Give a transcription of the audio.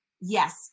Yes